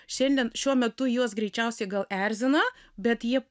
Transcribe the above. šiandien šiuo metu juos greičiausiai gal erzina bet jie